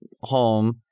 home